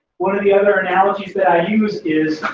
one of the other analogies that i use is,